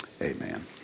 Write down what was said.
Amen